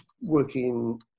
working